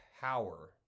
power